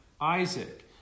Isaac